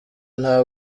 nta